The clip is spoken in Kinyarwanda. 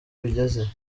bigeze